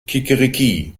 kikeriki